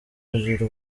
kugira